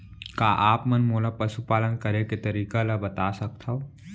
का आप मन मोला पशुपालन करे के तरीका ल बता सकथव?